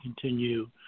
continue